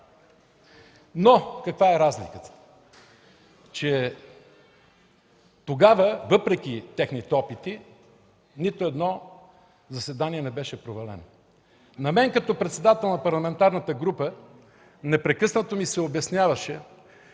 Но каква е разликата? Тогава, въпреки техните опити, нито едно заседание не беше провалено. На мен, като председател на Парламентарната група, непрекъснато ми се обясняваше,